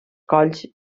colls